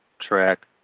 track